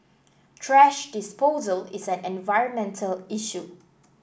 thrash disposal is an environmental issue